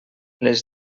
les